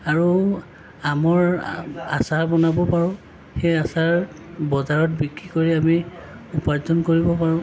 আৰু আমৰ আচাৰ বনাব পাৰোঁ সেই আচাৰ বজাৰত বিক্ৰী কৰি আমি উপাৰ্জন কৰিব পাৰোঁ